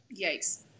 Yikes